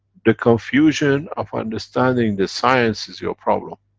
the confusion of understanding the science is your problem.